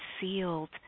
sealed